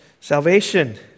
salvation